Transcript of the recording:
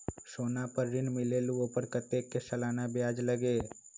सोना पर ऋण मिलेलु ओपर कतेक के सालाना ब्याज लगे?